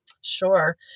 Sure